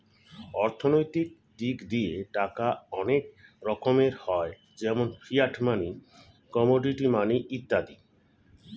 অর্থনৈতিক দিক দিয়ে টাকা অনেক রকমের হয় যেমন ফিয়াট মানি, কমোডিটি মানি ইত্যাদি